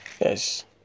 Yes